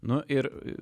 nu ir